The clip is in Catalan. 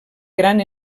gran